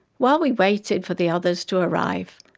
while we waited for the others to arrive,